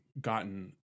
gotten